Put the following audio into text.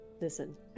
Listen